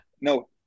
No